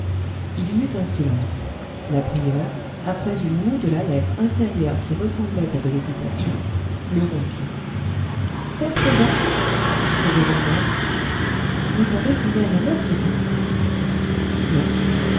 il y eut un silence la prieure après une moue de la lèvre inférieure qui ressemblait à de l'hésitation le rompit père fauvent révérende mère vous savez qu'une mère est morte ce matin non